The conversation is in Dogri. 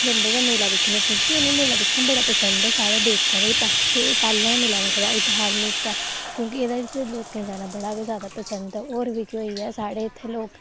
जंदे गै मेला दिक्खने क्योंकि उ'नें मेला दिक्खना बड़ा पसंद ऐ साढ़े देवका दा पैह्लें दा मेला लगदा एह् धार्मिक ऐ क्योंकि एह्दे च लोकें'ई जाना बड़ा गै ज़्यादा पसंद ऐ होर बी केह् होई आ साढ़े इत्थै लोक